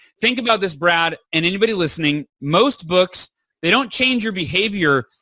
think about this, brad, and anybody listening, most books they don't change your behavior.